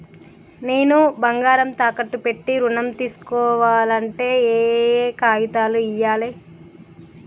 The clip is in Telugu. నేను బంగారం తాకట్టు పెట్టి ఋణం తీస్కోవాలంటే ఏయే కాగితాలు ఇయ్యాలి?